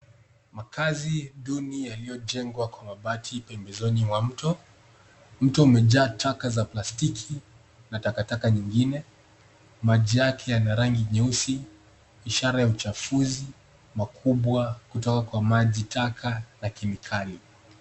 Makazi duni yaliyojengwa kwa mabati pembezoni mwa mto. Mto umejaa taka za plastiki na takataka nyingine. Maji yake yana rangi nyeusi ishara ya uchafuzi makubwa kutoka kwa majitaka na kemikali.